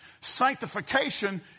Sanctification